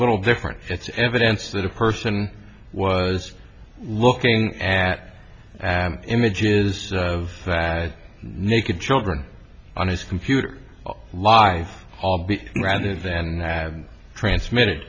little different it's evidence that a person was looking at images of that naked children on his computer life rather than transmitted